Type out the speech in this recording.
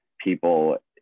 people